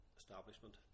establishment